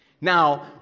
now